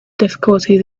difficulties